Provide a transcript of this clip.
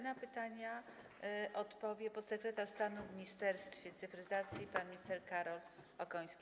Na pytania odpowie podsekretarz stanu w Ministerstwie Cyfryzacji pan minister Karol Okoński.